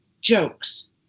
jokes